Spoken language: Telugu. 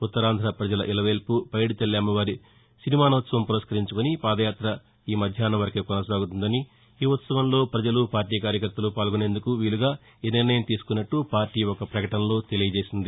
ఉత్తరాంధ పజల ఇలవేల్పు పైది తల్లి అమ్మవారి సిరిమనోత్సవం పురస్కరించుకుని పాదయాత ఈ మధ్యాహ్నం వరకే కొనసాగుతుందని ఈ ఉత్సవంలో ప్రజలు పార్టీ కార్యకర్తలు పాల్గొనేందుకు వీలుగా ఈ నిర్ణయం తీసుకున్నట్లు పార్టీ ఒక ప్రకటనలో తెలియజేసింది